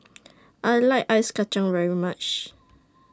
I like Ice Kachang very much